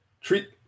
treat